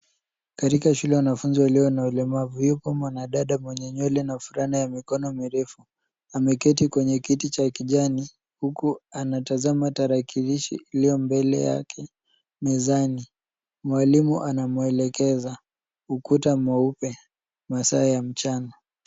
Katika shule ya wanafunzi walio na ulemavu. Yuko mwanadada mwenye nywele na furaha. Anayo mikono mirefu. Ameketi kwenye kiti cha kijani, huku anatazama tarakilishi iliyo mbele yake mezani. Mwalimu anamwelekeza. Ukuta mweupe. Masaa ya mchana.